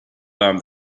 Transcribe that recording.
found